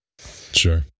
Sure